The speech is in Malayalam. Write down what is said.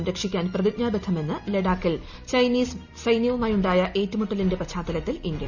സംരക്ഷിക്കാൻ പ്രതിജ്ഞാബ്ദ്ധിമെന്ന് ലഡാക്കിൽ ചൈനീസ് സൈന്യവുമായുണ്ടായ ഏറ്റുമുട്ട്ലിന്റെ പശ്ചാത്തലത്തിൽ ഇന്ത്യൻ കരസേന